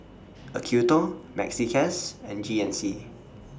Acuto Maxi Cash and G N C